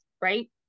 right